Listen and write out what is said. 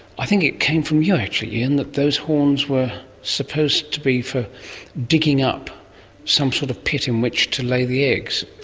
i think it came from you actually, ian, that those horns were supposed to be for digging up some sort of pit in which to lay the eggs.